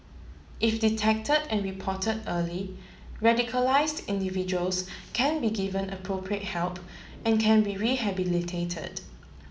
if detect and report early radicalised individuals can be given appropriate help and can be rehabilitated